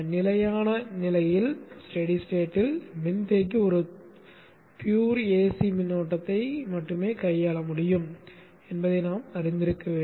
நிலையான நிலையில் மின்தேக்கி ஒரு தூய ஏசி மின்னோட்டத்தை மட்டுமே கையாள முடியும் என்பதை நாம் அறிந்திருக்க வேண்டும்